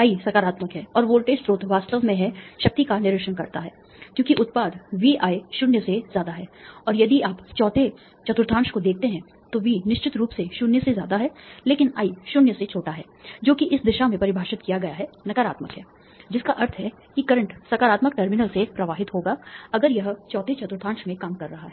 I सकारात्मक है और वोल्टेज स्रोत वास्तव में है शक्ति का निरीक्षण करता है क्योंकि उत्पाद VI 0 और यदि आप चौथे चतुर्थांश को देखते हैं तो V निश्चित रूप से 0 है लेकिन I 0 से छोटा है जो कि इस दिशा में परिभाषित किया गया है नकारात्मक है जिसका अर्थ है कि करंट सकारात्मक टर्मिनल से प्रवाहित होगा अगर यह चौथे चतुर्थांश में काम कर रहा है